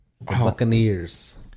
Buccaneers